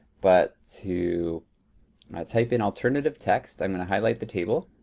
but, to when i type in alternative text i'm gonna highlight the table,